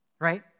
Right